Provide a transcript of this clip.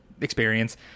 experience